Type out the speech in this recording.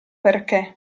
perché